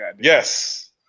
Yes